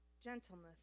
gentleness